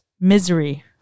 Misery